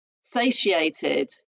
satiated